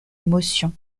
émotions